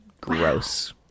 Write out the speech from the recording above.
Gross